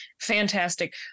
fantastic